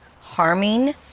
harming